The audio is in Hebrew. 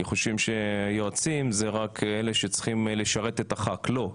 כי חושבים שיועצים זה רק אלה שצריכים לשרת את הח"כ לא,